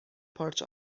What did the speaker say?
پارچ